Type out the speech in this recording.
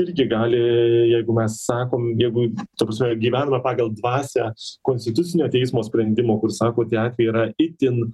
irgi gali jeigu mes sakom jeigu ta prasme gyvename pagal dvasią konstitucinio teismo sprendimo kur sako tie atvejai yra itin